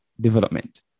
development